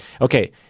Okay